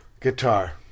Guitar